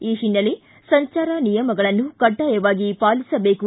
ಈ ಹಿನ್ನೆಲೆ ಸಂಚಾರ ನಿಯಮಗಳನ್ನು ಕಡ್ಡಾಯವಾಗಿ ಪಾಲಿಸಬೇಕು